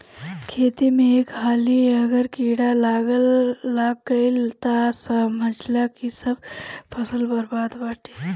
खेत में एक हाली अगर कीड़ा लाग गईल तअ समझअ की सब फसल बरबादे बाटे